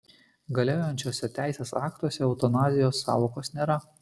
galiojančiuose teisės aktuose eutanazijos sąvokos nėra